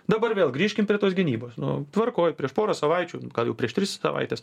dabar vėl grįžkim prie tos gynybos nu tvarkoj prieš porą savaičių gal jau prieš tris savaites